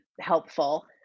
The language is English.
helpful